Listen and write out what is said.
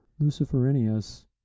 Luciferinius